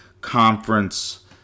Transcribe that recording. conference